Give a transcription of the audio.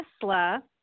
Tesla